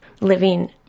living